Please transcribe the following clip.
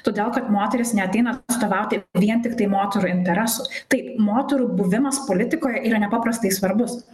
todėl kad moterys neateina atstovauti vien tiktai moterų interesų taip moterų buvimas politikoje yra nepaprastai svarbus